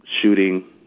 shooting